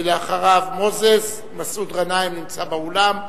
ואחריו מוזס, מסעוד גנאים, נמצא באולם.